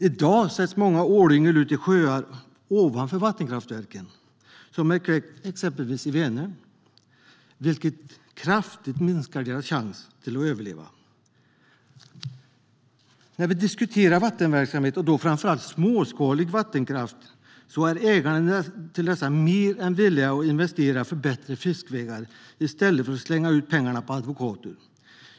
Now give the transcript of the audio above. I dag sätts många ålyngel ut i sjöar ovanför vattenkraftverken, exempelvis i Vänern, vilket kraftigt minskar deras chans att överleva. När det gäller småskalig vattenkraft är små vattenkraftsägare mer än villiga att investera i bättre fiskvägar i stället för att slänga ut pengarna på advokater.